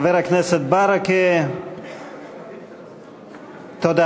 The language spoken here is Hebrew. חבר הכנסת ברכה, תודה.